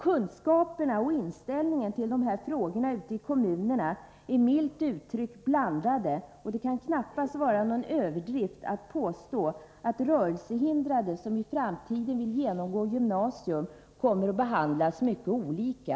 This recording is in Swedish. Kunskaperna och inställningen till de här frågorna ute i kommunerna är milt uttryckt blandade, och det kan knappast vara någon överdrift att påstå att rörelsehindrade som i framtiden vill genomgå gymnasium kommer att behandlas mycket olika.